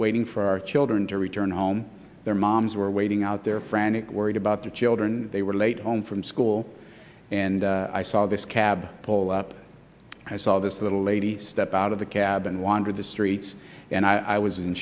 waiting for our children to return home their moms were waiting out there frantic worried about the children they were late home from school and i saw this cab pull up i saw this little lady step out of the cab and wander the streets and i was in